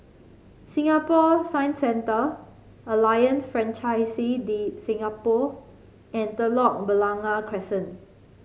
Singapore Science Centre Alliance Francaise de Singapour and Telok Blangah Crescent